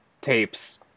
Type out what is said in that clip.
tapes